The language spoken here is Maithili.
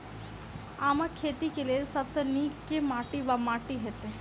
आमक खेती केँ लेल सब सऽ नीक केँ माटि वा माटि हेतै?